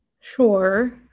sure